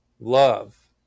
love